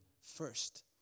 first